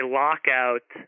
lockout